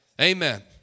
Amen